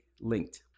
linked